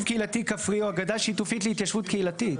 קהילתי כפרי או אגודה שיתופית להתיישבות קהילתית.